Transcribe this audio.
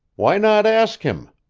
why not ask him?